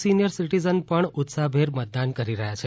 senior citizen પણ ઉત્સાહભેર મતદાન કરી રહ્યા છે